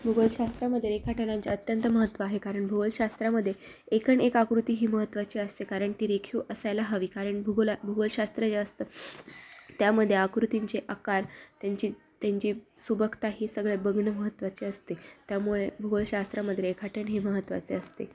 भूगोलशास्त्रामध्ये रेखाटनांचे अत्यंत महत्त्व आहे कारण भूगोलशास्त्रामध्ये एक न एक आकृती ही महत्त्वाची असते कारण ती रेखीव असायला हवी कारण भूगोल भूगोलशास्त्र जे असतं त्यामध्ये आकृतींचे आकार त्यांची त्यांची सुबकता हे सगळं बघणं महत्त्वाचे असते त्यामुळे भूगोलशास्त्रामध्ये रेखाटन हे महत्त्वाचे असते